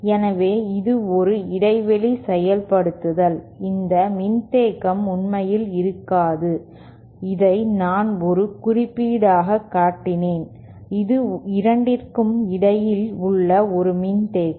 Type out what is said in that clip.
எனவே இது ஒரு இடைவெளி செயல்படுத்தல் இந்த மின்தேக்கம் உண்மையில் இருக்காது இதை நான் ஒரு குறியீடாக காட்டினேன் இது 2 க்கும் இடையில் உள்ள ஒரு மின்தேக்கம்